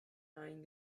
nein